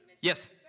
Yes